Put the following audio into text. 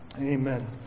amen